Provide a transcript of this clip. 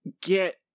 get